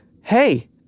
Hey